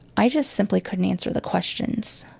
i just simply couldn't answer the questions.